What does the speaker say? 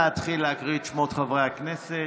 להקריא את שמות חברי הכנסת.